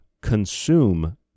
consume